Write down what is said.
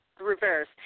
Reverse